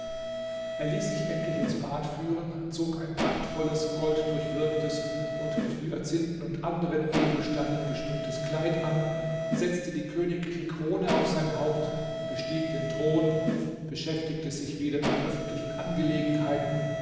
er ließ sich endlich ins bad führen zog ein prachtvolles golddurchwirktes und mit hyazinthen und anderen edelsteinen geschmücktes kleid an setzte die königliche krone auf sein haupt bestieg den thron beschäftigte sich wieder mit öffentlichen angelegenheiten